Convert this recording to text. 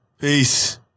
Peace